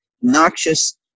noxious